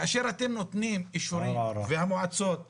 כאשר אתם נותנים אישורים והמועצות --- ערערה.